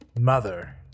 mother